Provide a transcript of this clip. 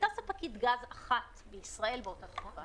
הייתה ספקית גז אחת בישראל באותה תקופה,